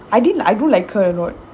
I didn't I do like her a lot